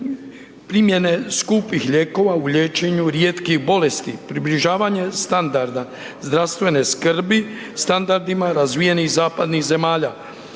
primjene skupih lijekova u liječenju rijetkih bolesti, približavanje standarda zdravstvene skrbi standardima razvijenih zapadnih zemalja,